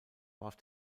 warf